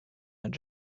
and